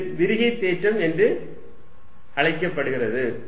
இது விரிகை தேற்றம் என்று அழைக்கப்படுகிறது